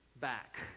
back